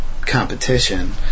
competition